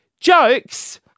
jokes